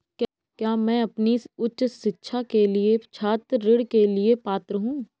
क्या मैं अपनी उच्च शिक्षा के लिए छात्र ऋण के लिए पात्र हूँ?